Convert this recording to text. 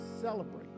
celebrate